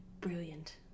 brilliant